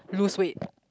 lose weight